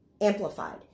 Amplified